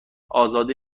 ازاده